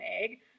egg